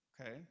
Okay